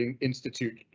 institute